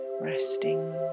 resting